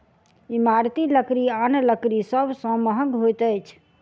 इमारती लकड़ी आन लकड़ी सभ सॅ महग होइत अछि